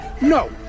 No